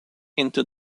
into